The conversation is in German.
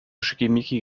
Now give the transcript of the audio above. schickimicki